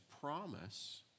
promise